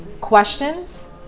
questions